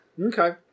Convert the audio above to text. Okay